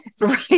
Right